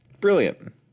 Brilliant